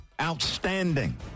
outstanding